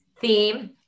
theme